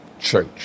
church